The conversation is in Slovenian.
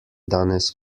danes